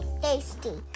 tasty